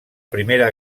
primera